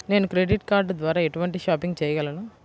నేను credit card ద్వార ఎటువంటి షాపింగ్ చెయ్యగలను?